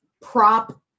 prop